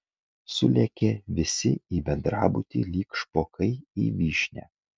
sulėkė visi į bendrabutį lyg špokai į vyšnią